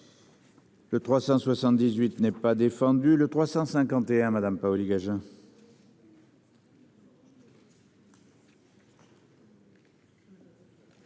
Le 378 n'ait pas défendu le 351 madame Paoli-Gagin.